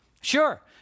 sure